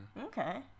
Okay